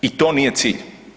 I to nije cilj.